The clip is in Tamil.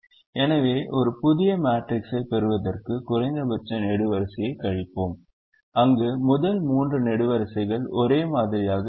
எனவே ஒரு புதிய மேட்ரிக்ஸைப் பெறுவதற்கு குறைந்தபட்ச நெடுவரிசையை கழிப்போம் அங்கு முதல் 3 நெடுவரிசைகள் ஒரே மாதிரியாக இருக்கும்